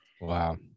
Wow